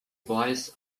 boys